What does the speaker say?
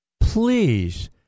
Please